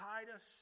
Titus